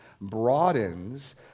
broadens